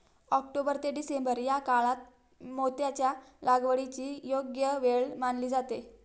October ते December या काळात मोत्यांच्या लागवडीची योग्य वेळ मानली जाते